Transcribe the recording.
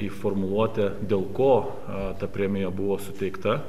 į formuluotę dėl ko ta premija buvo suteikta